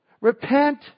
Repent